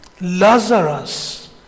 Lazarus